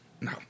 no